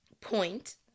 point